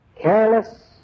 Careless